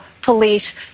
police